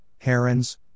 herons